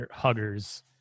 huggers